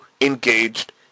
engaged